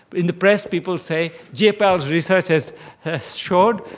in the press people say, j-pal's research has has showed.